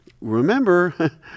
remember